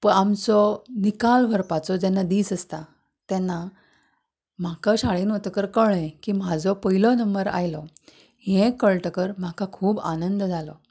आमचो निकाल व्हरपाचो जेन्ना दीस आसता तेन्ना म्हाका शाळेंत वतकच कळ्ळें म्हजो पयलो नंबर आयलो हें कळटकच म्हाका खूब आनंद जालो